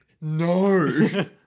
No